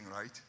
right